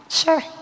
sure